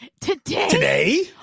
Today